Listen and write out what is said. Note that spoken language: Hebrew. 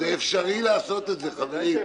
לעשות את זה, חברים.